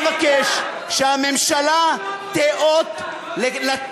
אני מבקש ממך לא לקחת את זה אישית,